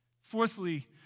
Fourthly